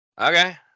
Okay